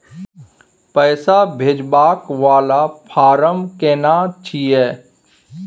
पैसा भेजबाक वाला फारम केना छिए?